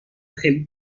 خیلی